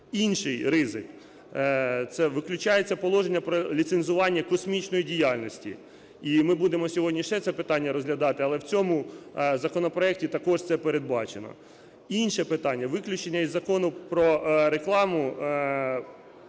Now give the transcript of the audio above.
Інший ризик – це виключається положення про ліцензування космічної діяльності. І ми будемо сьогодні ще це питання розглядати, але в цьому законопроекті також це передбачено. Інше питання – виключення із Закону про рекламу